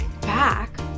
back